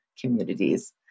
communities